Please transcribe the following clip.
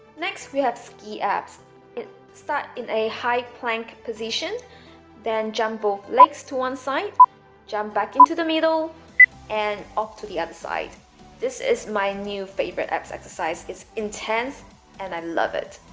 next we have ski abs it start in a high plank position then jump both legs to one side jump back into the middle and off to the other side this is my new favorite abs exercise. it's intense and i love it